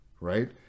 right